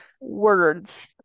Words